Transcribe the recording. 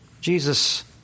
Jesus